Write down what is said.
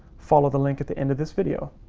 follow the link at the end of this video